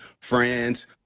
friends